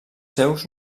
seus